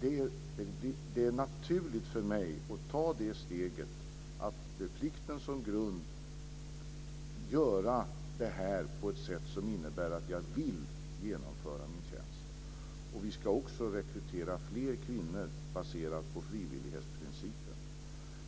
Det är naturligt för mig att ta steget att med plikten som grund utforma systemet så att den värnpliktige känner att den vill genomföra sin tjänst. Vi ska också rekrytera fler kvinnor baserat på frivillighetsprincipen.